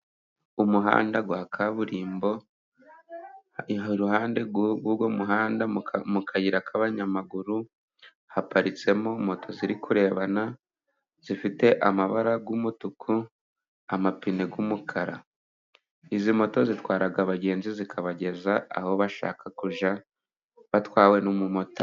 Umuhanda wa kaburimbo, iruhande rw'uwo muhanda mu kayira k'abanyamaguru haparitsemo moto ziri kurebana, zifite amabara y'umutuku, amapine y'umukara. Izi moto zitwara abagenzi, zikabageza aho bashaka kujya batwawe n'umumotari.